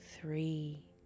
three